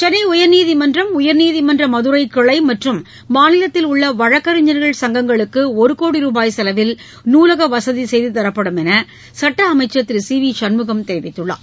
சென்னை உயர்நீதிமன்றம் உயர்நீதிமன்ற மதுரை கிளை மற்றும் மாநிலத்தில் உள்ள வழக்கறிஞர்கள் எங்கங்களுக்கு ஒரு கோடி ரூபாய் செலவில் நூலக வசதி செய்து தரப்படும் என்று சட்ட அமைச்சர் திரு சி வி சண்முகம் தெரிவித்துள்ளார்